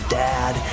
dad